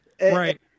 Right